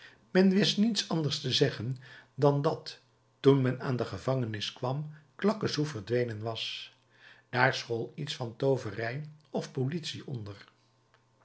men wist niets anders te zeggen dan dat toen men aan de gevangenis kwam claquesous verdwenen was daar school iets van tooverij of politie onder